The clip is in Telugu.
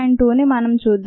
2 ని మనం చూద్దాం